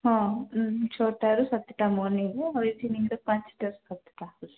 ହଁ ଛଅଟାରୁ ସାତଟା ମର୍ଣ୍ଣିଂରେ ଆଉ ଇଭିନିଂରେ ପାଞ୍ଚଟାରୁ ସାତଟା ହଉଛି